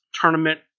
tournament